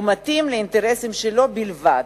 ומתאים לאינטרסים שלו בלבד.